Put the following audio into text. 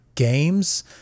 games